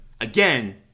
again